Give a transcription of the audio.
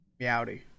Meowdy